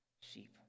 sheep